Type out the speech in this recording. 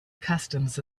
customs